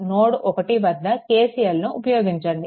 node 1 వద్ద KCL ను ఉపయోగించండి